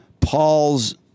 Paul's